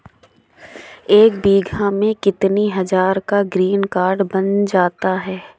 एक बीघा में कितनी हज़ार का ग्रीनकार्ड बन जाता है?